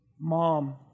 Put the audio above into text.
Mom